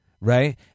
Right